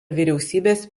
vyriausybės